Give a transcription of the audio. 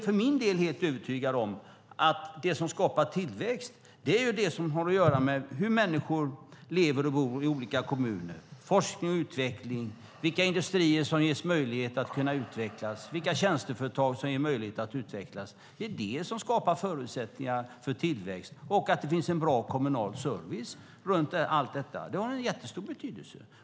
För min del är jag helt övertygad om att det som skapar tillväxt är det som har att göra med hur människor lever och bor i olika kommuner, forskning och utveckling, vilka industrier som ges möjlighet att utvecklas och vilka tjänsteföretag som ges möjlighet att utvecklas. Det är detta, och att det finns en bra kommunal service runt allt detta, som skapar förutsättningar för tillväxt. Det har jättestor betydelse.